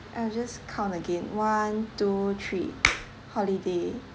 I'll just count again one two three holiday